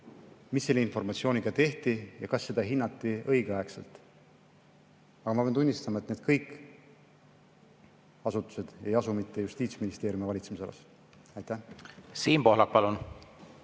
mis selle informatsiooniga tehti ja kas seda hinnati õigeaegselt. Aga ma pean tunnistama, et kõik need asutused ei asu mitte Justiitsministeeriumi valitsemisalas. Ma annan